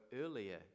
earlier